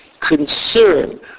concern